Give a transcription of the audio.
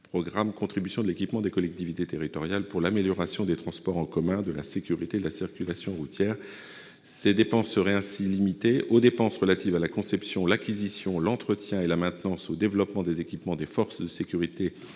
programme « Contribution à l'équipement des collectivités territoriales pour l'amélioration des transports en commun, de la sécurité et de la circulation routières ». Ces dépenses seraient ainsi limitées, d'une part, aux dépenses relatives à la conception, à l'acquisition, à l'entretien, à la maintenance et au développement des équipements des forces de sécurité